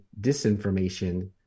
disinformation